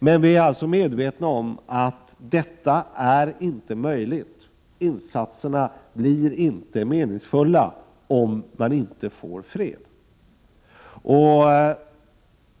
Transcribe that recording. Men vi är medvetna om att detta inte är möjligt — eftersom insatserna inte blir meningsfulla — om det inte blir fred.